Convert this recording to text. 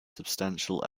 substantial